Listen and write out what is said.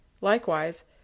Likewise